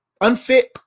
Unfit